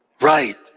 right